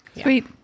Sweet